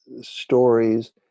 stories